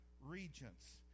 regents